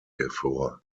hervor